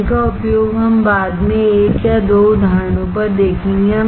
इनका उपयोग हम बाद में एक या दो उदाहरणों पर देखेंगे